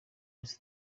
yose